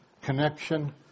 connection